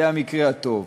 זה המקרה הטוב.